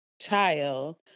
child